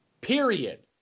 Period